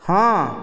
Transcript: ହଁ